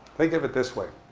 think of it this way.